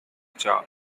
job